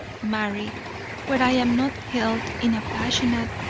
marry where i am not held in a passionate,